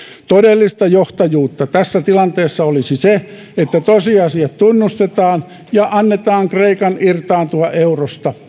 todellista johtajuutta tässä tilanteessa olisi se että tosiasiat tunnustetaan ja annetaan kreikan irtaantua eurosta